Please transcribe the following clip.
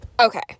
Okay